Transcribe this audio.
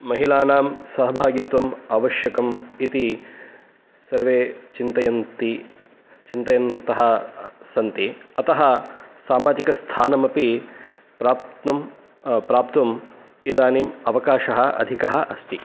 महिलानां सहभागित्वम् आवश्यकम् इति सर्वे चिन्तयन्ति चिन्तयन्तः सन्ति अतः सामाजिकस्थानमपि प्राप्तुं प्राप्तुम् इदानीम् अवकाशः अधिकः अस्ति